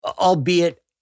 albeit